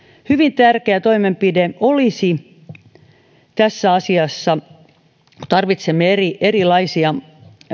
hyvin tärkeä toimenpide tässä asiassa kun tarvitsemme erilaisia